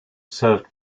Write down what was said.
served